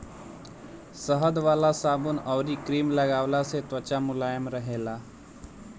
शहद वाला साबुन अउरी क्रीम लगवला से त्वचा मुलायम रहेला